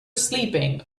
sleeping